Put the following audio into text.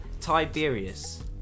Tiberius